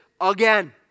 again